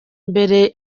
imbere